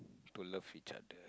to love each other